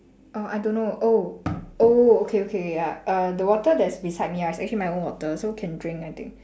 orh I don't know oh oh okay okay ya err the water that's beside me ah is actually my own water so can drink I think